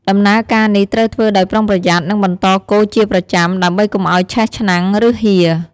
ដំណើរការនេះត្រូវធ្វើដោយប្រុងប្រយ័ត្ន និងបន្តកូរជាប្រចាំ ដើម្បីកុំឲ្យឆេះឆ្នាំង ឬហៀរ។